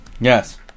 Yes